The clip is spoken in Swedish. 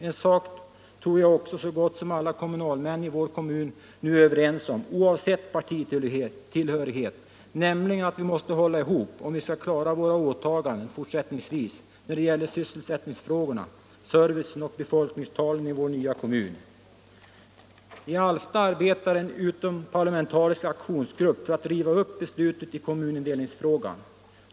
En sak tror jag också att så gott som alla kommunalmän i vår kommun nu är överens om oavsett partitillhörighet, nämligen att vi måste hålla ihop om vi i fortsättningen skall klara våra åtaganden när det gäller sysselsättningsfrågorna, servicen och befolkningstalen i vår nya kommun. I Alfta arbetar en utomparlamentarisk aktionsgrupp för att riva upp beslutet i kommunindelningsfrågan.